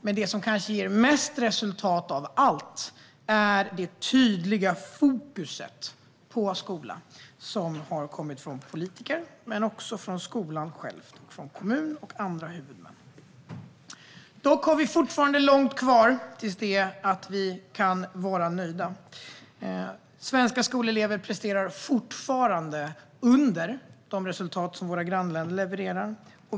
Men det som kanske ger bäst resultat av allt är det tydliga fokus på skolan som har kommit från politiker, skolan själv, kommuner och andra huvudmän. Vi har dock fortfarande långt kvar innan vi kan vara nöjda. Svenska skolelever presterar fortfarande under de resultat som våra grannländer levererar.